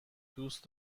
دوست